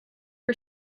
for